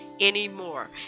Anymore